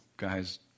guys